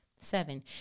Seven